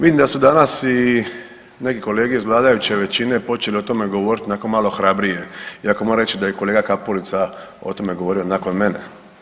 Vidim da su danas i neki kolege iz vladajuće većine počeli o tome govoriti onako malo hrabrije i ako moram reći da je kolega Kapulica o tome govorio nakon mene.